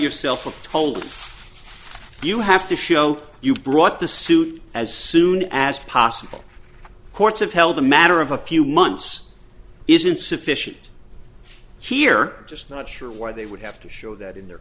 yourself were told you have to show you brought the suit as soon as possible courts have held the matter of a few months is insufficient here just not sure where they would have to show that in their